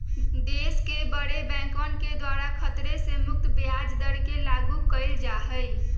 देश के बडे बैंकवन के द्वारा खतरे से मुक्त ब्याज दर के लागू कइल जा हई